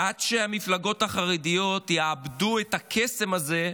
עד שהמפלגות החרדיות יאבדו את הקסם הזה,